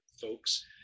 folks